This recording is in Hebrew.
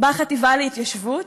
בחטיבה להתיישבות,